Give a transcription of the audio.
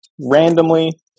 randomly